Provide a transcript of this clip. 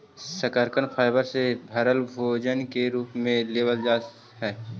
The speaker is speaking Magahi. शकरकन फाइबर से भरल भोजन के रूप में लेबल जा हई